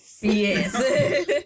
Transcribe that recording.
yes